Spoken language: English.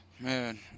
Man